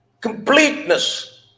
completeness